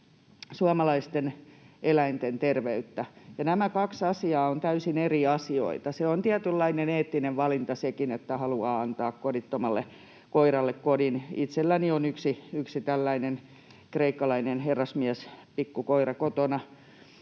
suomalaisten eläinten terveyttä. Nämä kaksi asiaa ovat täysin eri asioita. Se on tietynlainen eettinen valinta sekin, että haluaa antaa kodittomalle koiralle kodin. Itselläni on yksi tällainen kreikkalainen herrasmies, pikku koira, kotona.